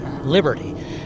Liberty